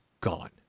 gone